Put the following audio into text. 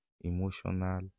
emotional